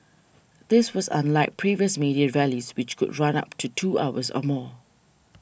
this was unlike previous May Day rallies which could run up to two hours or more